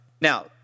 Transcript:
Now